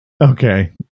Okay